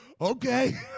okay